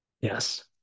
Yes